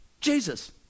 Jesus